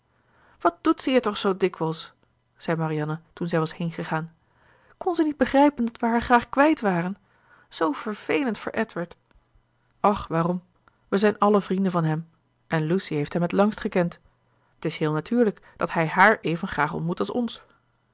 wat doet ze hier toch zoo dikwijls zei marianne toen zij was heengegaan kon ze niet begrijpen dat we haar graag kwijt waren zoo vervelend voor edward och waarom we zijn allen vrienden van hem en lucy heeft hem t langst gekend t is heel natuurlijk dat hij haar even graag ontmoet als ons